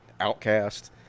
outcast